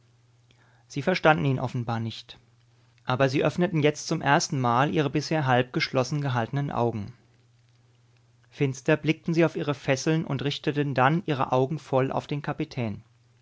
sie verstanden ihn offenbar nicht aber sie öffneten jetzt zum erstenmal ihre bisher halb geschlossen gehaltenen augen finster blickten sie auf ihre fesseln und richteten dann ihre augen voll auf den kapitän